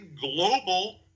global